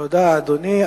תודה, אדוני.